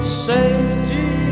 safety